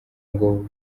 ngo